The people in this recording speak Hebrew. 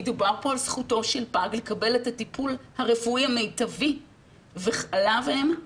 מדובר פה על זכותו של פג לקבל את הטיפול הרפואי המיטבי וחלב אם,